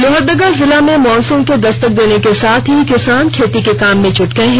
लोहरदगा जिला में मानसून के दस्तक देने के साथ ही किसान खेती के काम में जुट गए हैं